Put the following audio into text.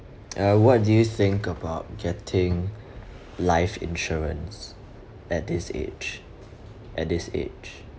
uh what do you think about getting life insurance at this age at this age